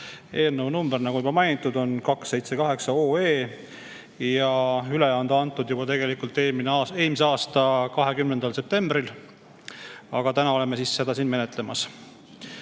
Eelnõu number, nagu juba mainitud, on 278 ja üle on see antud tegelikult juba eelmise aasta 20. septembril, aga täna oleme seda siin menetlemas. Nüüd,